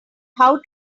how